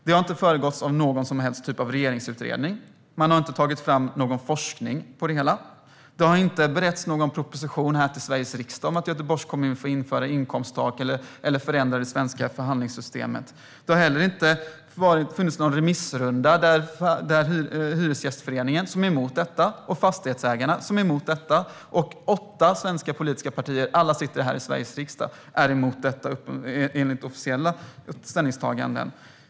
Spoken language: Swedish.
Det har inte föregåtts av någon som helst typ av regeringsutredning. Man har inte tagit fram någon forskning om det hela. Det har inte beretts någon proposition till Sveriges riksdag om att Göteborgs kommun får införa inkomsttak eller förändra det svenska förhandlingssystemet. Det har heller inte varit någon remissrunda, trots att både hyresgästföreningen och fastighetsägarna liksom åtta svenska politiska partier, alla här i Sveriges riksdag, är emot detta enligt officiella ställningstaganden.